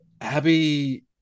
abby